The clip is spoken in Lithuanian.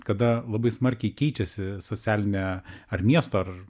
kada labai smarkiai keičiasi socialinė ar miesto ar